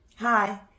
Hi